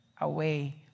away